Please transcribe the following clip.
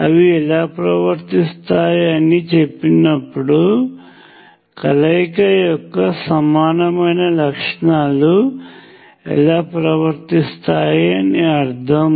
అవి ఎలా ప్రవర్తిస్తాయి అని చెప్పినప్పుడు కలయిక యొక్క సమానమైన లక్షణాలు ఎలా ప్రవర్తిస్తాయి అని అర్థము